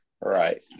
Right